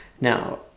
now